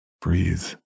Breathe